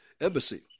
embassy